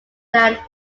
land